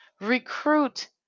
recruit